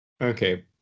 Okay